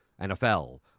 NFL